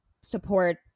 support